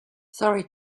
sorry